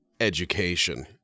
education